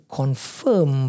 confirm